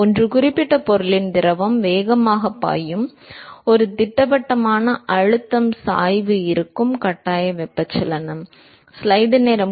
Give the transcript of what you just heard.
ஒன்று குறிப்பிட்ட பொருளில் திரவம் வேகமாகப் பாயும் ஒரு திட்டவட்டமான அழுத்தம் சாய்வு இருக்கும் கட்டாய வெப்பச்சலனம்